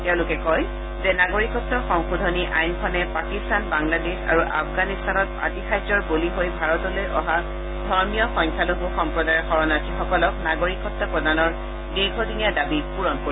তেওঁলোকে কয় যে নাগৰিকত্ব সংশোধনী আইনখনে পাকিস্তান বাংলাদেশ আৰু আফগানিস্তানত আতিশায্যৰ বলি হৈ ভাৰতলৈ অহা ধৰ্মীয় সংখ্যালঘু সম্প্ৰদায়ৰ শৰণাৰ্থীসকলক নাগৰিকত্ব প্ৰদানৰ দীৰ্ঘদিনীয়া দাবী পুৰণ কৰিব